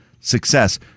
success